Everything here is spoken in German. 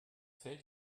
fällt